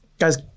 Guys